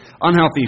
unhealthy